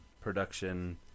production